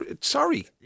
Sorry